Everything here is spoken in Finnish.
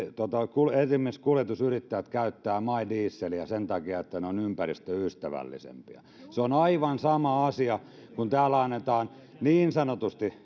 kun esimerkiksi kuljetusyrittäjät käyttävät my dieseliä sen takia että ne ovat ympäristöystävällisempiä se on aivan sama asia kun täällä annetaan niin sanotusti